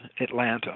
Atlanta